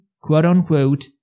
quote-unquote